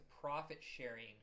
profit-sharing